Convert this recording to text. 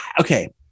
Okay